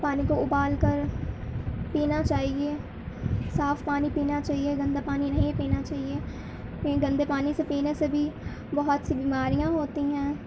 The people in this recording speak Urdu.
پانی کو ابال کر پینا چاہیے صاف پانی پینا چاہیے گندا پانی نہیں پینا چاہیے کیوں کہ گندے پانی سے پینے سے بھی بہت سی بیماریاں ہوتی ہیں